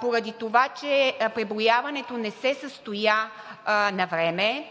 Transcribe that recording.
поради това че преброяването не се състоя навреме,